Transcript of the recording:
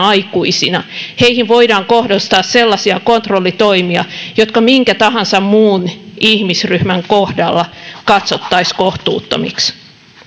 aikuisina heihin voidaan kohdistaa sellaisia kontrollitoimia jotka minkä tahansa muun ihmisryhmän kohdalla katsottaisiin kohtuuttomiksi